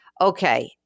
okay